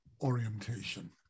orientation